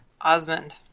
Osmond